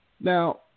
Now